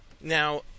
Now